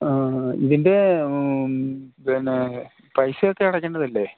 ആ ഇതിൻ്റെ മ്മ് പിന്നെ പൈസയൊക്കെ അടക്കണ്ടതില്ലേ